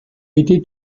été